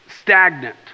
stagnant